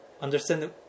understand